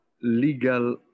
legal